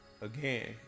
Again